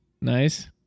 nice